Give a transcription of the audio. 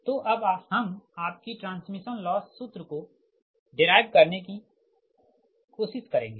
तोअब हम आपकी ट्रांसमिशन लॉस सूत्र को डेराइव करने की कोशिश करेंगे